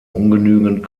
ungenügend